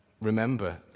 remember